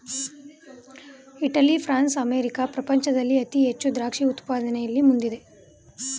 Italy, France, America ಪ್ರಪಂಚದಲ್ಲಿ ಅತಿ ಹೆಚ್ಚು ದ್ರಾಕ್ಷಿ ಉತ್ಪಾದನೆಯಲ್ಲಿ ಮುಂದಿದೆ